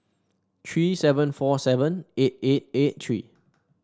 three seven four seven eight eight eight three